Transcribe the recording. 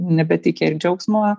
nebeteikia ir džiaugsmo